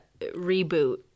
reboot